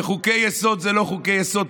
וחוקי-יסוד זה לא חוקי-יסוד,